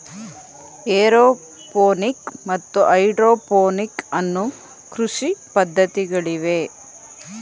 aeroponic ಮತ್ತು hydroponic ಅನ್ನೂ ಕೃಷಿ ಪದ್ಧತಿಗಳಿವೆ